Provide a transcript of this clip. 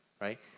Right